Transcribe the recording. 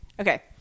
okay